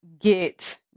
get